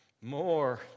More